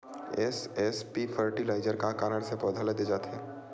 SSP fertiliser का कारण से पौधा ल दे जाथे?